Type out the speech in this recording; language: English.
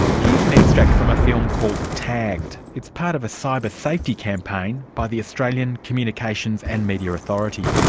here's an extract from a film called tagged. it's part of a cyber safety campaign by the australian communications and media authority.